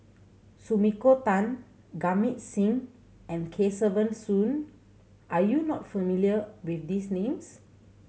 Sumiko Tan Singh and Kesavan Soon are you not familiar with these names